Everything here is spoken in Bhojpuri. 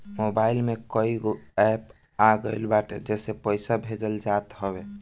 मोबाईल में कईगो एप्प आ गईल बाटे जेसे पईसा भेजल जात हवे